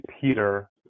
Peter